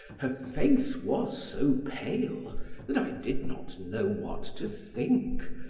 her face was so pale that i did not know what to think.